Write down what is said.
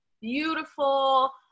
beautiful